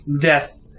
Death